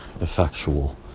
effectual